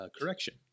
correction